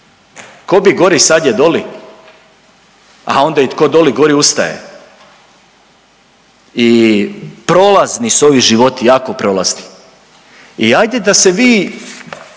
„ko bi gori sad je doli“, a onda i “tko doli gori ustaje“ i prolazni su ovi životi, jako prolazni. I ajde da se vi,